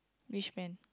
which man